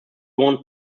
want